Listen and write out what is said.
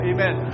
Amen